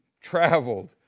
traveled